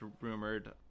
rumored